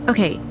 Okay